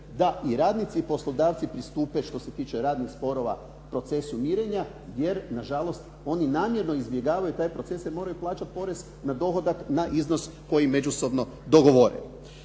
da i radnici i poslodavci pristupe, što se tiče radnih sporova procesu mirenja jer nažalost oni namjerno izbjegavaju taj proces jer moraju plaćati porez na dohodak na iznos koji međusobno dogovore.